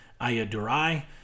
Ayadurai